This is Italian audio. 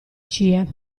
cie